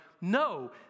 no